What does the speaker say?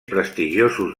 prestigiosos